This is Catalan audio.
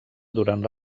durant